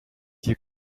you